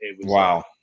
Wow